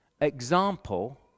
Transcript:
example